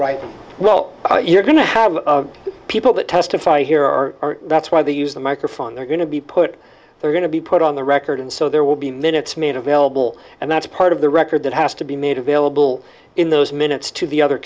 right well you're going to have people that testify here are that's why they use the microphone they're going to be put they're going to be put on the record and so there will be minutes made available and that's part of the record that has to be made available in those minutes to the other